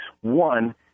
One